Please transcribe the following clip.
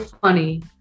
funny